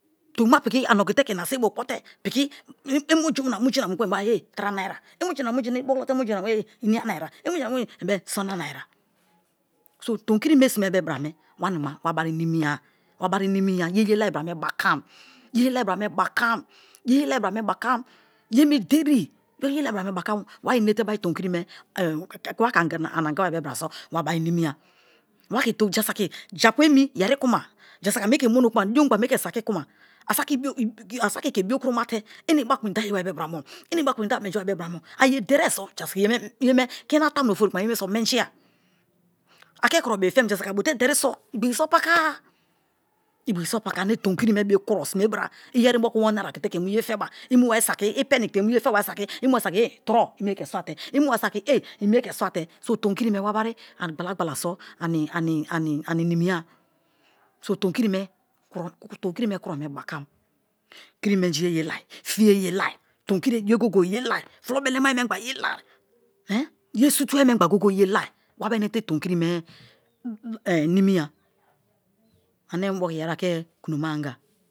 Tomi ma piki ani okite ke ina sibi bo kpo te piki i muju na muju na i be-e ehh tra naira, i muji na muju na i brote ehh inia naira, i muju na muju na ehh sona-a naira. So tomikiri me simeri be bra me wanima wabari nimiya, wabari nimiya ye ye lai bra me bakam ye ye lai brame bakam, yeye lai brame bakam ye mi ideri ye ye lai bra me bakam wa inete bari tomikirime wa ke ani anga wa bra so wabari nim iya jasiki japu emi yeri kuma jasaki a mie ke muno kuma din ogho a mie ke saki ku ma a saki ke biokromate eneba-a kuma indaye wari bra mon ene ba-a kuma inde a menji wari bra mo, aye derie so jasaki yeme kmiyanabo ofori so jasaki yeme menjina, ake kro bii fem jasaki a bote deri so igbigi so paka-a igbigi so paka-a ane tomikiri me bio kuro sime bara, iyeri moku one naira okite ke mu ye feba, i mu wai saki i peny ke mu ye fa, saki tror i mie ke swate so tomikirime kuro me bakam, kiri menjiye ye lai, fiye ye lai, fiye ye leri, tomikiri ye go-ye-go-ye lai fulo belema ye mengba ye lai ye suku ayi me gba go-ye-go ye lai. Wabari inete tomikirime nimiya ane moku yeri ake kuloma anga.